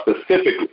specifically